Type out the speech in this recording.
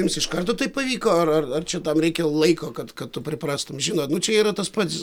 jums iš karto tai pavyko ar ar ar čia tam reikia laiko kad kad tu priprastum žinot nu čia yra tas pats